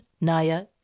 Naya